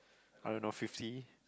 I don't know fifty